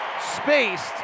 spaced